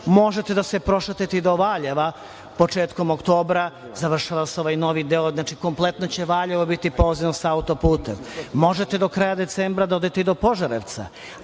Možete da se prošetate do Valjeva početkom oktobra, završava se ovaj novi deo. Kompletno će Valjevo biti povezano sa autoputem. Možete do kraja decembra da odete i do Požarevca,